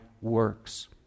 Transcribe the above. works